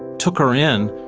took her in,